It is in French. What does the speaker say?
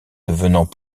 devenant